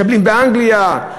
מקבלים באנגליה,